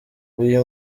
uyu